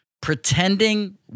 pretending